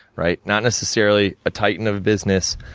right? not necessarily a titan of business,